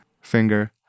finger